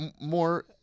more